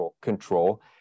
control